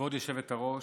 כבוד היושבת-ראש,